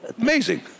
Amazing